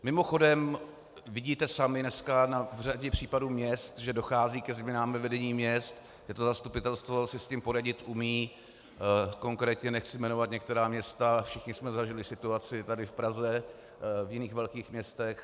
Mimochodem, vidíte dnes sami na řadě případů měst, že dochází ke změnám ve vedení měst, zastupitelstvo si s tím poradit umí, konkrétně nechci jmenovat některá města, všichni jsme zažili situaci tady v Praze, v jiných velkých městech.